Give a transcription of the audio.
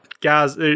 guys